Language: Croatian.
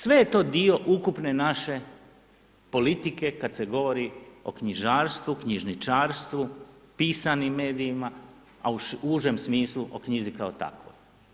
Sve je to dio ukupne naše politike kad se govori o knjižarstvu, knjižničarstvu, pisanim medijima a u užem smislu o knjizi kao takvoj.